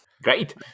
Great